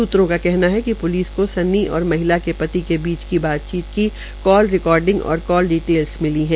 सूत्रों का कहना है कि प्लिस को सन्नी और महिला के पति के बीच की बातचीत की कॉल रिकाडिंग और डिटेलस मिली है